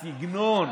הסגנון.